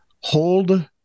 hold